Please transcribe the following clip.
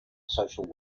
social